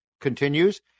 continues